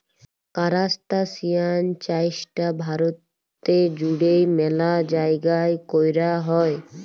কারাস্তাসিয়ান চাইশটা ভারতে জুইড়ে ম্যালা জাইগাই কৈরা হই